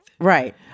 right